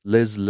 Liz